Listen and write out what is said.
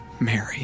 Mary